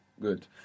Good